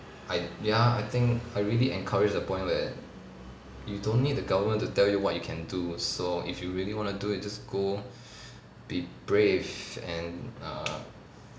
I ya I think I really encourage the point where you don't need the government to tell you what you can do so if you really want to do it just go be brave and err